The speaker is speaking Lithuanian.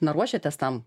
na ruošiatės tam